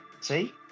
See